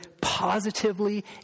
positively